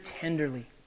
tenderly